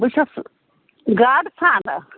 بہٕ چھَس گاڈٕ ژھانٛڈان